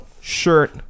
shirt